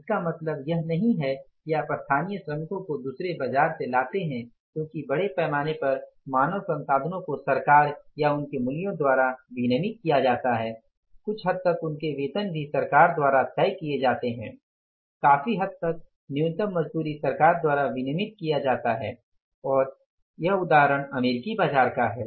इसका मतलब यह नहीं है कि आप स्थानीय श्रमिकों को दूसरे बाजार से लाते हैं क्योंकि बड़े पैमाने पर मानव संसाधनों को सरकार या उनके मूल्यों द्वारा विनियमित किया जाता है कुछ हद तक उनके वेतन भी सरकार द्वारा तय किये जाते हैं काफी हद तक न्यूनतम मजदूरी सरकार द्वारा विनियमित किया जाता है और यह उदाहरण अमेरिकी बाज़ार का है